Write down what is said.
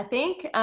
think.